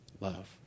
love